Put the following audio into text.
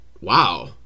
wow